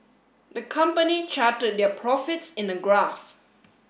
the company charted their profits in a graph